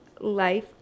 life